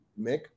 Mick